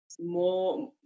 more